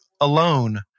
alone